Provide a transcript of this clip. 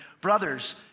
brothers